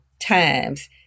times